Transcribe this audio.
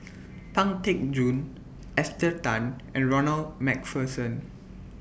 Pang Teck Joon Esther Tan and Ronald MacPherson